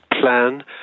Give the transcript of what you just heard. plan